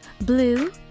blue